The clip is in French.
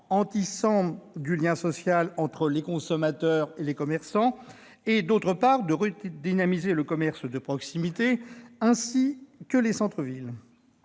en tissant du lien social entre les consommateurs et les commerçants, et, d'autre part, de redynamiser le commerce de proximité, ainsi que les centres-villes.